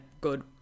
good